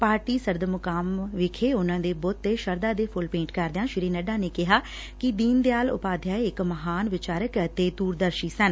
party ਸਦਰ ਮੁਕਾਮ ਵਿਖੇ ਉਨੂਾਂ ਦੇ ਬੋੱਤ ਤੇ ਸ਼ਰਧਾ ਦੇ ਫੁੱਲ ਭੇਂਟ ਕਰਦਿਆਂ ਸ੍ਰੀ ਨੱਡਾ ਨੇ ਕਿਹਾ ਕਿ ਦੀਨ ਦਿਆਲ ਓਪਾਧਿਆਏ ਇਕ ਮਹਾਨ ਵਿਚਾਰਕ ਅਤੇ ਦੂਰਦਰਸ਼ੀ ਸਨ